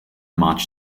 march